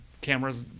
cameras